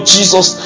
Jesus